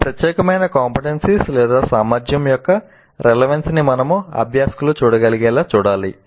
ఈ ప్రత్యేకమైన CO సామర్థ్యం యొక్క రెలెవెన్స్ ని మనము అభ్యాసకులు చూడగలిగేలా చూడాలి